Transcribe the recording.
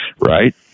Right